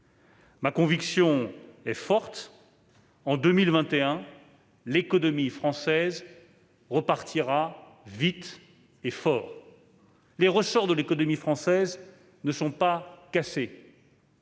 Ma conviction est forte : en 2021, l'économie française repartira vite et fort. Les ressorts de l'économie française ne sont pas cassés.